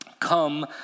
Come